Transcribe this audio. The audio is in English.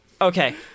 Okay